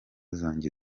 zanjye